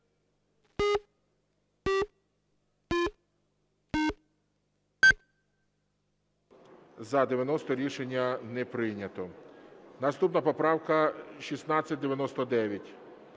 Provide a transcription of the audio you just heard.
За-90 Рішення не прийнято. Наступна поправка 1699.